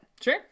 Sure